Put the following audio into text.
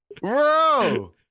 bro